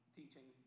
teaching